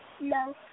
No